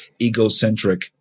egocentric